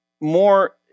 more